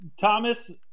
Thomas